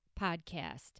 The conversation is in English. podcast